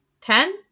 Ten